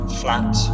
flat